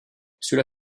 cela